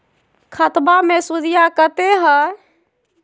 खतबा मे सुदीया कते हय?